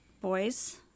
boys